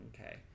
Okay